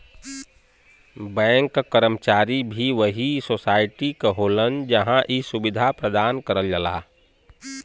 bank क कर्मचारी भी वही सोसाइटी क होलन जहां इ सुविधा प्रदान करल जाला